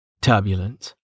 Turbulence